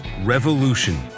Revolution